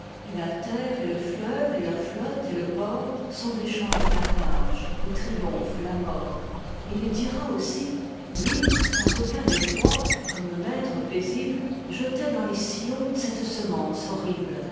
et la terre et le fleuve et leur flotte et le port sont des champs de carnage où triomphe la mort et il dira aussi lui sans aucun effroi comme maître paisible jetait dans les sillons cette semence horrible